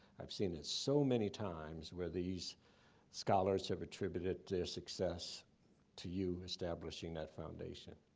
i've seen it so many times where these scholars have attributed their success to you establishing that foundation.